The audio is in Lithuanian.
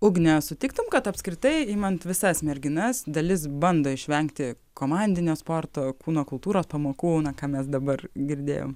ugne sutiktum kad apskritai imant visas merginas dalis bando išvengti komandinio sporto kūno kultūros pamokų na ką mes dabar girdėjom